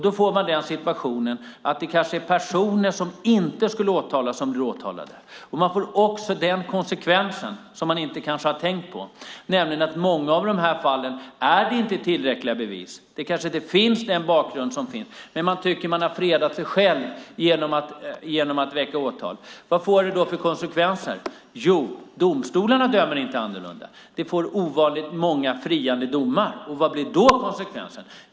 Då får vi den situationen att personer som kanske inte skulle åtalas blir åtalade. Vi får vidare den konsekvensen, som man kanske inte har tänkt på, att i många av de här fallen är det inte tillräckliga bevis. Det kanske inte finns en bakgrund, men man tycker att man har fredat sig själv genom att väcka åtal. Vad får det för konsekvenser? Jo, domstolarna dömer inte annorlunda. Vi får ovanligt många friande domar. Och vad blir då konsekvensen?